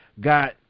got